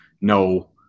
no